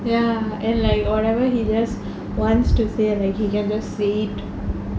ya and like whatever he just wants to say like he can just say it